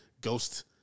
ghost